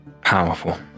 powerful